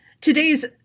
Today's